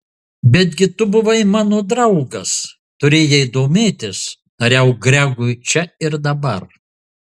betgi tu buvai mano draugas turėjai domėtis tariau gregui čia ir dabar